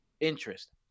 interest